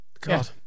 God